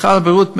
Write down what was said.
משרד הבריאות,